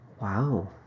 Wow